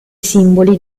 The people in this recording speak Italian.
simboli